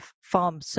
farm